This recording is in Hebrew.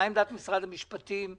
מה עמדת משרד המשפטים?